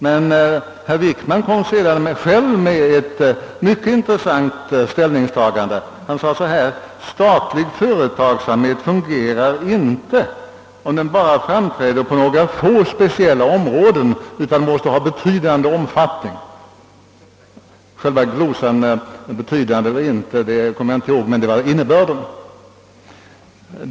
Herr Wickman gjorde emellertid sedan själv ett mycket intressant ställningstagande. Han sade nämligen att statlig företagsamhet inte fungerar, om den bara framträder på några få speciella områden, utan måste ha en betydande omfattning. Huruvida han använde just glosan »betydande» kommer jag inte ihåg, men innebörden var denna.